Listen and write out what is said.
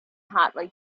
hotly